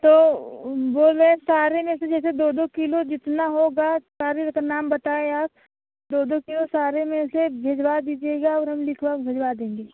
तो बोल रहे सारे में से दो दो किलो जितना होगा सारे जो का नाम बताया दो दो के सारे में से भिजवा दीजिएगा और हम लिखवाकर भिजवा देंगे